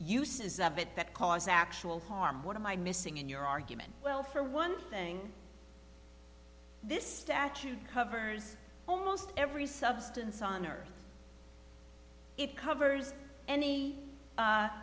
uses of it that cause actual harm what am i missing in your argument well for one thing this statute covers almost every substance on earth it covers any